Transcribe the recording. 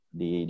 di